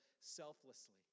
selflessly